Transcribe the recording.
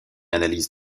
analyse